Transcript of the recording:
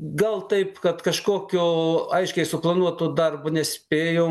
gal taip kad kažkokio aiškiai suplanuoto darbo nespėjom